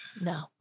no